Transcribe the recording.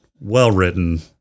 Well-written